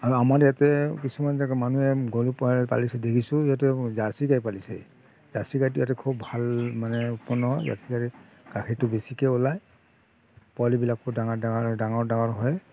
আৰু আমাৰ ইয়াতে কিছুমান জেগাত মানুহে গৰু পালিছে দেখিছোঁ সিহঁতে জাৰ্চি গাই পালিছে জাৰ্চি গাইটো ইয়াতে খুব ভাল মানে উৎপন্ন হয় জাৰ্চি গাইৰ গাখীৰটো বেছিকৈ ওলায় পোৱালিবিলাকো ডাঙৰ ডাঙৰ ডাঙৰ ডাঙৰ হয়